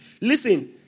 Listen